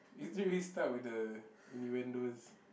literally start with the innuendos